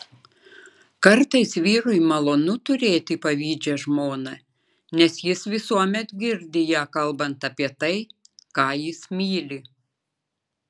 kartais vyrui malonu turėti pavydžią žmoną nes jis visuomet girdi ją kalbant apie tai ką jis myli